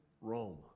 Rome